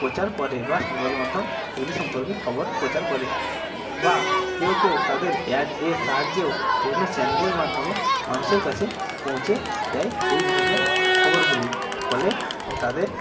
প্রচার করে বা সংবাদমাধ্যম এগুলি সম্পর্কে খবর প্রচার করে বা কেউ কেউ তাদের অ্যাড এর সাহায্যেও বিভিন্ন চ্যানেলের মাধ্যমে মানুষের কাছে পৌঁছে দেয় এই ধরনের খবরগুলি ফলে তাদের